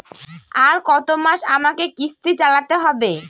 আর কতমাস আমাকে কিস্তি চালাতে হবে?